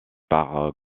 par